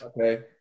Okay